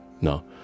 No